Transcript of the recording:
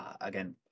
Again